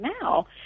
now